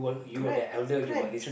correct correct